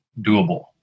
doable